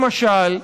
למשל,